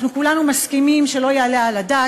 אנחנו כולנו מסכימים שלא יעלה על הדעת